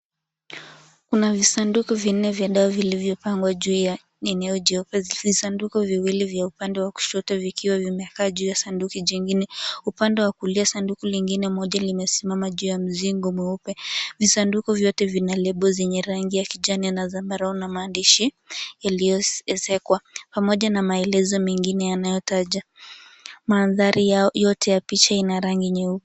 Kuna visanduku vinne vya dawa vilivyopangwa juu ya eneo jeupe. Visanduku viwili vya pande ya kushoto vikiwa vimekaa juu ya sanduku jingine. Upande wa kulia sanduku lingine moja limesimama juu ya mjengo mweupe. Visanduku vyote vina lebo zenye rangi ya kijani na zambarau na maandishi yaliyoesekwa pamoja na maelezo mengine yanayotajwa. Mandhari hayo yote ya picha ina rangi nyeupe.